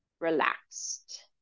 relaxed